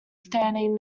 standing